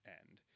end